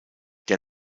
der